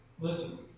Listen